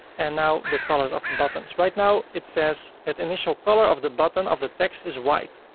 and now the colors of the buttons. right now, it says that initial color of the button of the text is white.